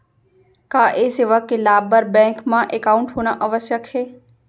का ये सेवा के लाभ बर बैंक मा एकाउंट होना आवश्यक हे